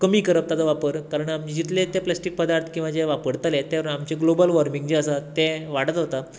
कमी करप ताचो वापर कारण आमी जितले ते प्लास्टिक पदार्थ किंवा जे वापरतले त्या प्रमाण आमचे ग्लोबल वोर्मिंग जे आसा तें वाडत वता